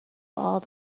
all